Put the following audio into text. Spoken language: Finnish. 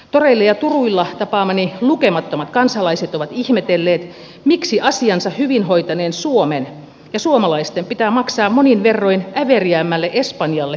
nojapuilla tapaamani lukemattomat kansalaiset ovat ihmetelleet miksi asiansa hyvin hoitaneen suomen ja suomalaisten pitää maksaa monin verroin äveriäämmälle espanjalle